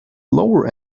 lower